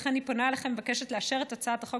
ולכן אני פונה אליכם ומבקשת לאשר את הצעת החוק